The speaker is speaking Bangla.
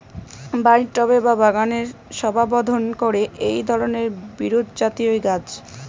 বাড়ির টবে বা বাগানের শোভাবর্ধন করে এই ধরণের বিরুৎজাতীয় গাছ